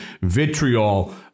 vitriol